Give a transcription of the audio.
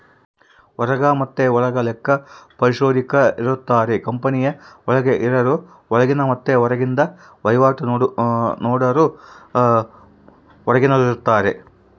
ಹೊರಗ ಮತೆ ಒಳಗ ಲೆಕ್ಕ ಪರಿಶೋಧಕರಿರುತ್ತಾರ, ಕಂಪನಿಯ ಒಳಗೆ ಇರರು ಒಳಗಿನ ಮತ್ತೆ ಹೊರಗಿಂದ ವಹಿವಾಟು ನೋಡರು ಹೊರಗಿನವರಾರ್ಗಿತಾರ